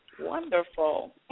Wonderful